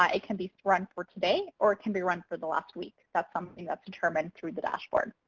ah it can be run for today, or it can be run for the last week. that's something that's determined through the dashboard.